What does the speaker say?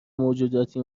موجوداتی